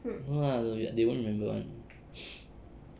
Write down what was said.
no lah they won't remember [one]